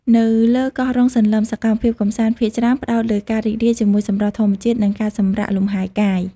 នៅលើកោះរ៉ុងសន្លឹម សកម្មភាពកម្សាន្តភាគច្រើនផ្តោតលើការរីករាយជាមួយសម្រស់ធម្មជាតិ និងការសម្រាកលំហែកាយ។